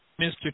Mr